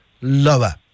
lower